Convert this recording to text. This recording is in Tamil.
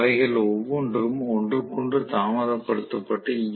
அவைகள் ஒவ்வொன்றும் ஒன்றுக்கொன்று தாமதப் படுத்தப் பட்ட ஈ